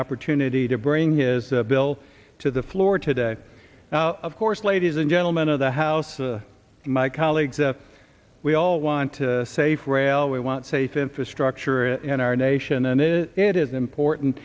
opportunity to bring his bill to the floor today of course ladies and gentlemen of the house my colleagues we all want to say frail we want safe infrastructure in our nation and it is important